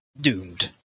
doomed